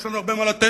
יש לנו הרבה מה לתת.